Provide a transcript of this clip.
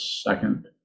second